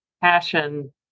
passion